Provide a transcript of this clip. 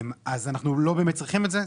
אז אנחנו לא באמת צריכים את זה.